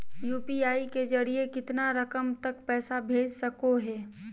UPI के जरिए कितना रकम तक पैसा भेज सको है?